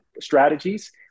strategies